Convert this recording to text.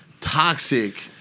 toxic